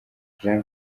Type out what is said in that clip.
jean